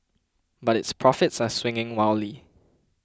but its profits are swinging wildly